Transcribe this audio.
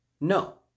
No